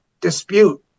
dispute